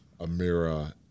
Amira